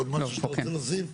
עוד משהו שאתם רוצים להוסיף?